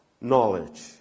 knowledge